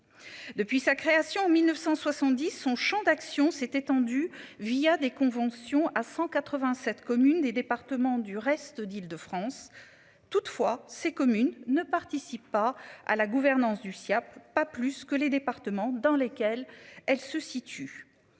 Depuis sa création en 1970 son Champ d'action s'est étendu via des conventions à 187 communes des départements du reste d'France toutefois ces communes ne participe pas à la gouvernance du Siaap, pas plus que les départements dans lesquels elle se situe.